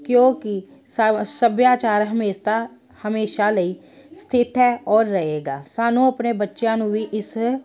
ਕਿਉਂਕਿ ਸਬ ਸੱਭਿਆਚਾਰ ਹਮੇਸ਼ਾ ਹਮੇਸ਼ਾ ਲਈ ਸਥਿਤ ਹੈ ਔਰ ਰਹੇਗਾ ਸਾਨੂੰ ਆਪਣੇ ਬੱਚਿਆਂ ਨੂੰ ਵੀ ਇਸ